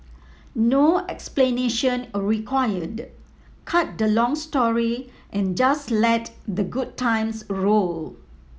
no explanation required cut the long story and just let the good times roll